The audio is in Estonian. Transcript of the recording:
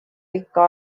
pikka